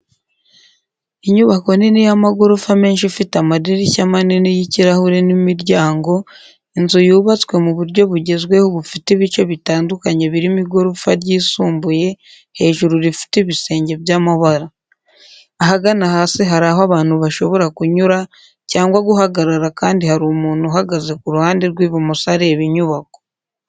Inyubako nini y'amagorofa menshi ifite amadirishya manini y'ikirahure n'imiryango, inzu yubatswe mu buryo bugezweho bufite ibice bitandukanye birimo igorofa ryisumbuye hejuru rifite ibisenge by'amabara. Ahagana hasi hari aho abantu bashobora kunyura cyangwa guhagarara kandi hari umuntu uhugaze ku ruhande rw'ibumoso areba inyubako.